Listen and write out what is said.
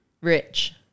Rich